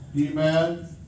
Amen